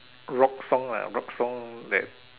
rock song lah rock song that